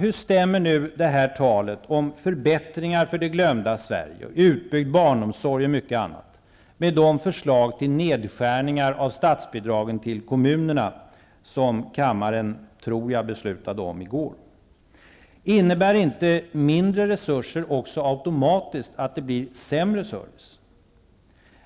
Hur stämmer nu talet om förbättringar för det glömda Sverige, utbyggd barnomsorg och mycket annat, med de förslag till nedskärningar av statsbidragen till kommunerna som jag tror att kammaren beslutade om i går? Innebär inte mindre resurser också automatiskt att det blir sämre service?